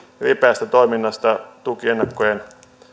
ripeästä toiminnasta tukiennakkojen